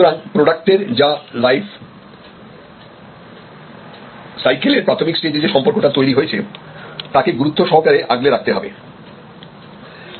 সুতরাং প্রোডাক্টের বা সার্ভিস লাইফ সাইকেলেএর প্রাথমিক স্টেজে যে সম্পর্কটা তৈরি হয়েছে তাকে গুরুত্ব সহকারে আগলে রাখতে হবে